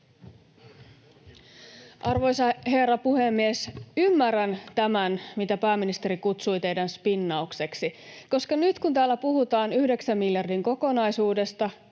Arvoisa herra puhemies! Ymmärrän tämän, mitä pääministeri kutsui teidän spinnaukseksenne, koska nyt kun täällä puhutaan yhdeksän miljardin kokonaisuudesta,